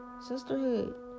Sisterhood